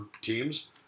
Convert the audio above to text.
teams